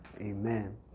Amen